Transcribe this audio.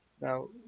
Now